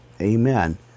Amen